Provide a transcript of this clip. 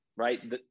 Right